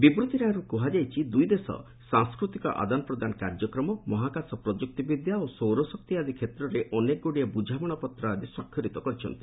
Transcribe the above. ବିବୃତ୍ତିରେ ଆହୁରି କୁହାଯାଇଛି ଦୁଇ ଦେଶ ସାଂସ୍କୃତିକ ଆଦାନପ୍ରଦାନ କାର୍ଯ୍ୟକ୍ରମ ମହାକାଶ ପ୍ରଯୁକ୍ତି ବିଦ୍ୟା ଓ ସୌରଶକ୍ତି ଆଦି କ୍ଷେତ୍ରରେ ଅନେଗୁଡ଼ିଏ ବୁଝାମଣାପତ୍ର ଆଦି ସ୍ୱାକ୍ଷରିତ କରିଛନ୍ତି